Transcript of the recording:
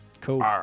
cool